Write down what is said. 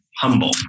humble